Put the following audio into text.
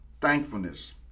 Thankfulness